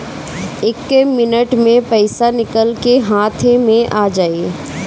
एक्के मिनट मे पईसा निकल के हाथे मे आ जाई